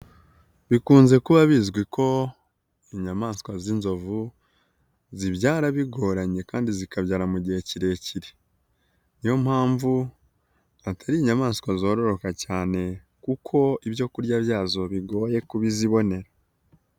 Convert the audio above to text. Bikunze kuba bizwi ko inyamaswa z'inzovu zibyara bigoranye kandi zikabyara mu gihe kirekire, ni yo mpamvu atari inyamaswa zororoka cyane kuko ibyo kurya byazo bigoye kubizibonera.